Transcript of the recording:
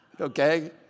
okay